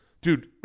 Dude